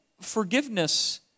forgiveness